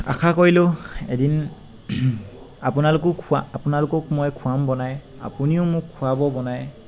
আশা কৰিলোঁ এদিন আপোনালোকো খোৱা আপোনালোকক মই খুৱাম বনাই আপুনিও মোক খুৱাব বনাই